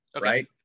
right